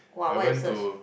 [wah] what you search